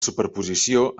superposició